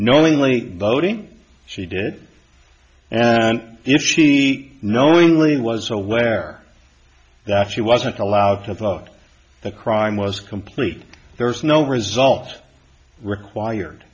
knowingly voting she did and if she knowingly was aware that she wasn't allowed to vote the crime was complete there was no result required